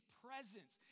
presence